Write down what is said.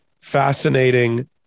fascinating